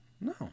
No